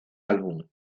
álbum